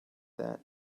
that